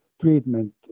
treatment